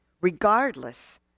regardless